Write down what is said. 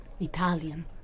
Italian